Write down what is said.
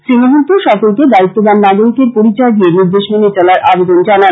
শ্রী মহন্ত সকলকে দায়িত্ববান নাগরিকের পরিচর দিয়ে নিদেশ মেনে চলার আবেদন জানান